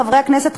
חברי הכנסת,